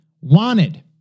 wanted